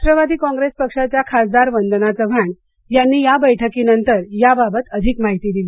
Rashtrawadi Congress पक्षाच्या खासदार वंदना चव्हाण यांनी या बैठकीनंतर याबाबत अधिक माहिती दिली